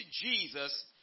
Jesus